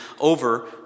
over